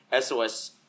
SOS